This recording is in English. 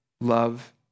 love